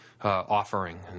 offering